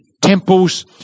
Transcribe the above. Temples